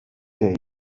day